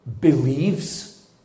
believes